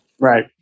Right